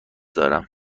دارم